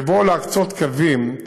בבואו להקצות קווים,